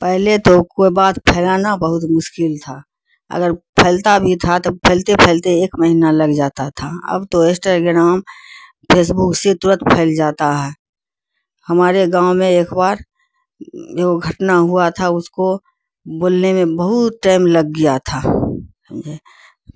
پہلے تو کوئی بات پھیلانا بہت مشکل تھا اگر پھیلتا بھی تھا تو پھیلتے پھیلتے ایک مہینہ لگ جاتا تھا اب تو اسٹاگرام پھیس بک سے ترنت پھیل جاتا ہے ہمارے گاؤں میں ایک بار جو گھٹنا ہوا تھا اس کو بولنے میں بہت ٹائم لگ گیا تھا سمجھے